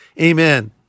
Amen